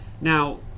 Now